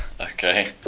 Okay